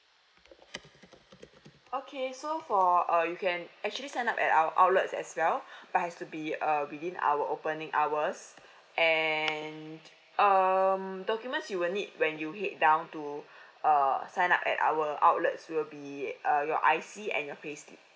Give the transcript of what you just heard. okay so for uh you can actually sign up at our outlet as well but it has to be err within our opening hours and um documents you will need when you head down to err sign up at our outlets will be uh your I_C and your payslip